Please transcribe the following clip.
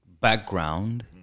background